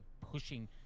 pushing